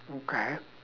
okay